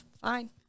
fine